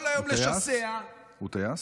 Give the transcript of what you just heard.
כל היום לשסע, הוא טייס?